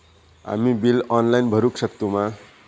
आम्ही bill online भरुक शकतू मा?